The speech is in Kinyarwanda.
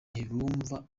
ntibumva